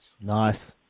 Nice